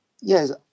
Yes